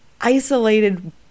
isolated